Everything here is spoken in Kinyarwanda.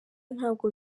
ntabwo